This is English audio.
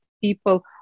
people